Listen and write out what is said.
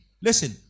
Listen